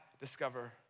discover